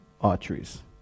arteries